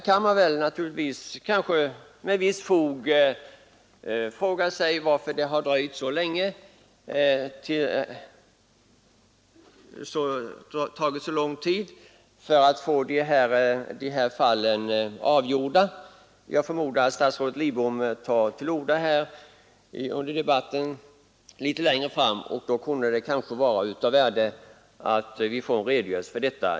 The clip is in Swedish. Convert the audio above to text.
Man kan naturligtvis med visst fog fråga sig varför det tagit så lång tid att avgöra dessa fall. Jag förmodar att statsrådet Lidbom tar till orda litet längre fram under debatten, och då kunde det vara av värde att få en redogörelse för det.